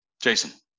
Jason